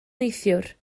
neithiwr